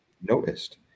noticed